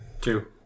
Two